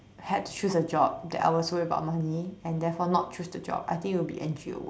had to choose to a job that I was worried about money and therefore not choose the job I think it would be N_G_O work